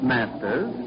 Masters